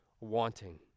wanting